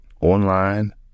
Online